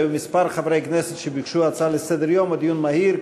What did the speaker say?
היו כמה חברי כנסת שביקשו הצעה לסדר-יום או דיון מהיר.